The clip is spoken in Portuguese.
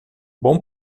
bom